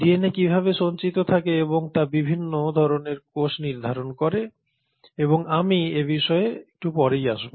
DNA কীভাবে সঞ্চিত থাকে তা বিভিন্ন ধরণের কোষ নির্ধারণ করে এবং আমি এবিষয়ে একটু পরেই আসব